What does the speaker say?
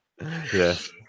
Yes